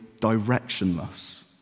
directionless